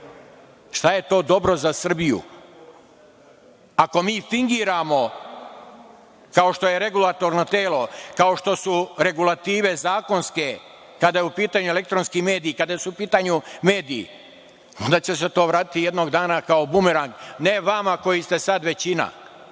šta je to dobro za Srbiju. Ako mi fingiramo, kao što je regulatorno telo, kao što su regulative zakonske kada je u pitanju elektronski mediji, kada su u pitanju mediji, onda će se to vratiti jednog dana kao bumerang, ne vama koji ste sada većina,